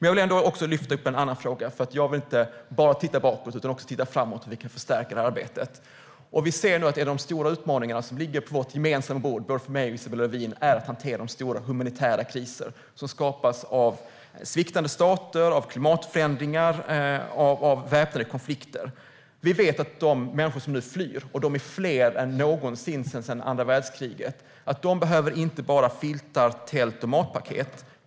Jag vill även lyfta fram en annan fråga eftersom jag inte bara vill titta bakåt utan också titta framåt när det gäller hur vi kan förstärka detta arbete. Vi ser att de stora utmaningarna som nu ligger på vårt gemensamma bord - både för mig och för Isabella Lövin - är att hantera de stora humanitära kriser som skapas av sviktande stater, av klimatförändringar och av väpnade konflikter. Vi vet att de människor som nu flyr - de är fler än någonsin sedan andra världskriget - inte bara behöver filtar, tält och matpaket.